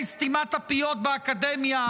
חוקי סתימת הפיות באקדמיה,